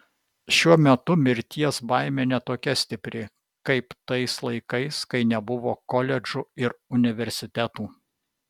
šiuo metu mirties baimė ne tokia stipri kaip tais laikais kai nebuvo koledžų ir universitetų